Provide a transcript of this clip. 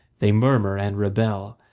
they murmur and rebel,